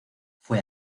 fue